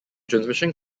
transmission